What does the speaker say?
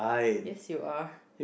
yes you are